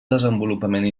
desenvolupament